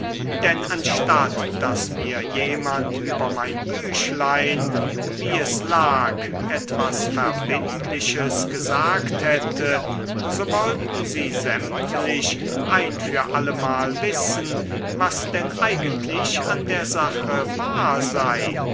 denn anstatt daß mir jemand über mein büchlein wie es lag etwas verbindliches gesagt hätte so wollten sie sämtlich ein für allemal wissen was denn eigentlich an der sache wahr sei